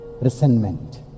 resentment